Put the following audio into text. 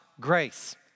grace